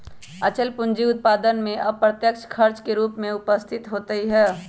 अचल पूंजी उत्पादन में अप्रत्यक्ष खर्च के रूप में उपस्थित होइत हइ